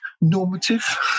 normative